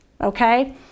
okay